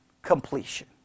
Completion